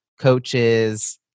coaches